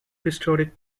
historic